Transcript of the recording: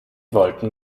wollten